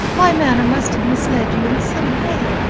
my manner must have misled you in some way.